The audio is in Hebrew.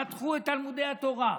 חתכו את תלמודי התורה,